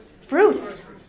Fruits